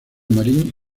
marín